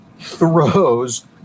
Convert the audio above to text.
throws